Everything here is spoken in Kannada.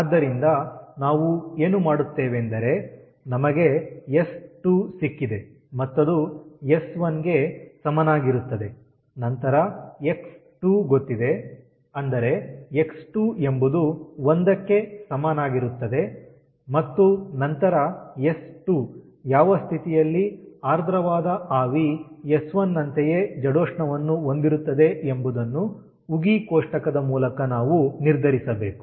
ಆದ್ದರಿಂದ ನಾವು ಏನು ಮಾಡುತ್ತೇವೆಂದರೆ ನಮಗೆ ಎಸ್2 ಸಿಕ್ಕಿದೆ ಮತ್ತದು ಎಸ್1 ಗೆ ಸಮನಾಗಿರುತ್ತದೆ ನಂತರ ಎಕ್ಸ್2 ಗೊತ್ತಿದೆ ಅಂದರೆ ಎಕ್ಸ್2 ಎಂಬುದು 1ಕ್ಕೆ ಸಮನಾಗಿರುತ್ತದೆ ಮತ್ತು ನಂತರ ಎಸ್2 ಯಾವ ಸ್ಥಿತಿಯಲ್ಲಿ ಆರ್ದ್ರವಾದ ಆವಿ ಎಸ್1 ನಂತೆಯೇ ಜಡೋಷ್ಣವನ್ನು ಹೊಂದಿರುತ್ತದೆ ಎಂಬುದನ್ನು ಉಗಿ ಕೋಷ್ಟಕದ ಮೂಲಕ ನಾವು ನಿರ್ಧರಿಸಬೇಕು